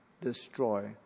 destroy